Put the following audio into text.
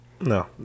No